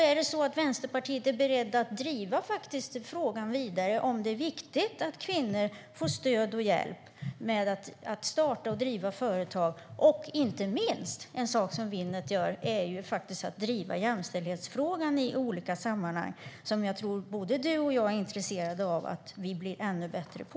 Är Vänsterpartiet berett att driva frågan vidare om det är viktigt att kvinnor får stöd och hjälp med att starta och driva företag? Det gäller också, och inte minst, att Winnet också driver jämställdhetsfrågan i olika sammanhang, vilket jag tror att både Håkan Svenneling och jag är intresserade av att vi blir bättre på.